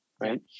Right